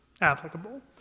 applicable